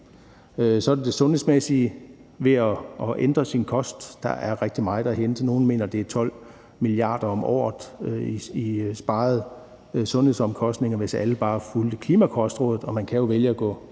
Så er der det sundhedsmæssige ved at ændre sin kost. Der er rigtig meget at hente. Nogle mener, at det er 12 mia. kr. om året i sparede sundhedsomkostninger, hvis alle bare fulgte klimakostrådet, og man kan jo vælge at gå